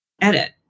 edit